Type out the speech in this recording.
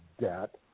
debt